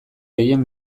gehien